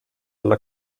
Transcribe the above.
alla